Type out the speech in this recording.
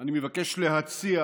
אני מבקש להציע